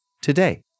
today